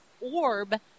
orb